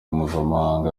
mpuzamahanga